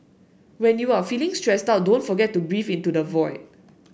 when you are feeling stressed out don't forget to breathe into the void